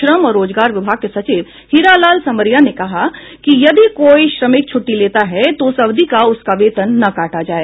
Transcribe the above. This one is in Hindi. श्रम और रोजगार विभाग के सचिव हीरालाल सामरिया ने कहा कि यदि कोई श्रमिक छुट्टी लेता है तो उस अवधि का उसका वेतन न काटा जाए